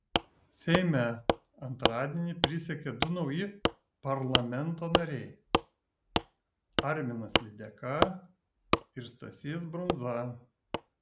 seime antradienį prisiekė du nauji parlamento nariai arminas lydeka ir stasys brundza